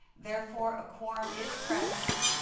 therefore a quorum is present.